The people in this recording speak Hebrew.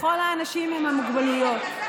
לכל האנשים עם המוגבלויות.